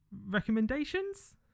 recommendations